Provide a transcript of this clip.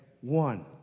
One